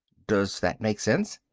does that make sense?